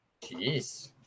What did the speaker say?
Jeez